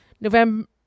November